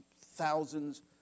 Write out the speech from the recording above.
thousands